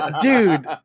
dude